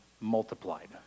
multiplied